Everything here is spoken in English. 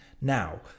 Now